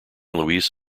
luis